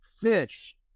fish